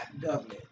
government